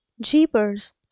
Jeepers